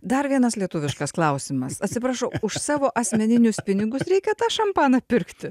dar vienas lietuviškas klausimas atsiprašau už savo asmeninius pinigus reikia tą šampaną pirkti